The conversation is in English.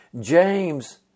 James